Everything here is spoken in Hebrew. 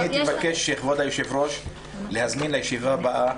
הייתי מבקש, כבוד היושב-ראש, להזמין לישיבה הבאה